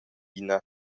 alpina